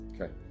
Okay